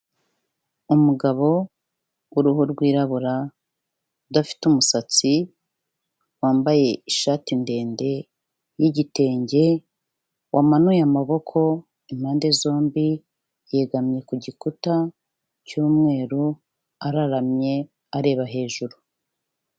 Umugabo w'uruhu rwirabura udafite umusatsi, wambaye ishati ndende y'igitenge, wamanuye amaboko impande zombi, yegamye ku gikuta cy'umweru araramye, areba hejuru.